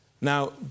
Now